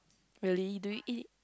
really do we eat